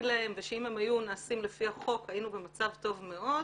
להם ושאם הם היו נעשים לפי החוק היינו במצב טוב מאוד